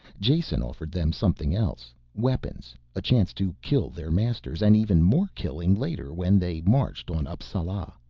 jason offered them something else, weapons, a chance to kill their masters, and even more killing later when they marched on appsala.